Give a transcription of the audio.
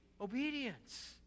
obedience